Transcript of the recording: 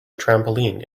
trampoline